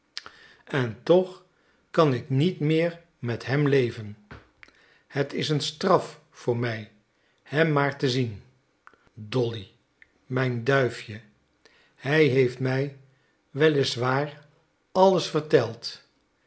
en toch kan ik niet meer met hem leven het is een straf voor mij hem maar te zien dolly mijn duifje hij heeft mij wel is waar alles